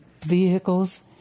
vehicles